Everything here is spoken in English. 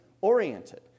oriented